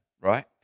right